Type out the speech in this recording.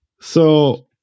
So-